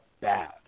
bad